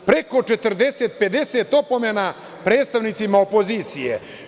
Preko 40 – 50 opomena predstavnicima opozicije.